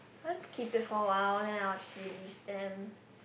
let's keep it for a while then I release them